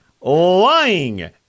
lying